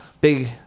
big